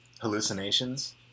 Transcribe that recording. hallucinations